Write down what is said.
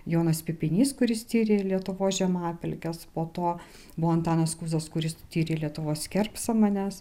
jonas pipinys kuris tyrė lietuvos žemapelkes po to buvo antanas kuzas kuris tyrė lietuvos kerpsamanes